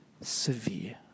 severe